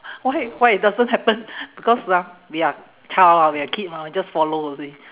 why why it doesn't happen because ah we are we are child ah we are kid mah we just follow you see